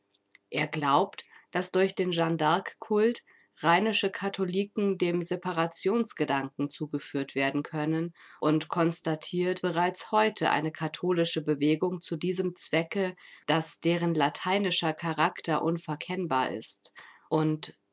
er glaubt daß durch den jeanne-d'arc-kult rheinische katholiken dem separationsgedanken zugeführt werden können und konstatiert bereits heute eine katholische bewegung zu diesem zwecke daß deren lateinischer charakter unverkennbar ist und